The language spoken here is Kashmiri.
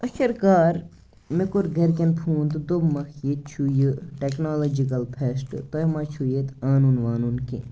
ٲخِرکار مےٚ کوٚر گَھرِکیٚن فوٗن تہٕ دوٚپ مَکھ ییٚتہِ چھُ یہِ ٹیٚکنالجِکَل فیٚسٹہٕ تۄہہِ ما چھُو ییٚتہِ آنُن وانُن کیٚنٛہہ